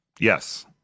Yes